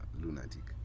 lunatic